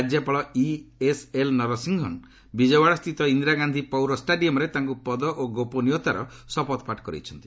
ରାଜ୍ୟପାଳ ଇଏସ୍ଏଲ୍ ନରସିଂହନ୍ ବିଜୟୱାଡ଼ାସ୍ଥିତ ଇନ୍ଦିରା ଗାନ୍ଧି ପୌର ଷ୍ଟାଡିୟମ୍ରେ ତାଙ୍କୁ ପଦ ଓ ଗୋପନୀୟତାର ଶପଥପାଠ କରାଇଛନ୍ତି